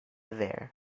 there